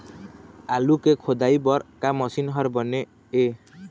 आलू के खोदाई बर का मशीन हर बने ये?